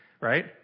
right